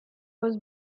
was